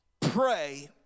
Pray